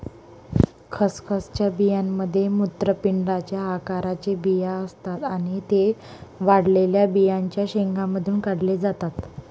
खसखसच्या बियांमध्ये मूत्रपिंडाच्या आकाराचे बिया असतात आणि ते वाळलेल्या बियांच्या शेंगांमधून काढले जातात